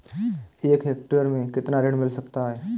एक हेक्टेयर में कितना ऋण मिल सकता है?